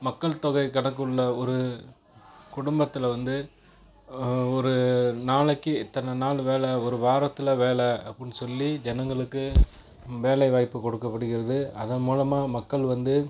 மக்கள் தொகை கணக்குள்ள ஒரு குடும்பத்தில் வந்து ஒரு நாளைக்கு இத்தனை நாள் வேலை ஒரு வாரத்தில் வேலை அப்படினு சொல்லி ஜனங்களுக்கு வேலைவாய்ப்பு கொடுக்கப்படுகிறது அதன் மூலமாக மக்கள் வந்து